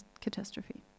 catastrophe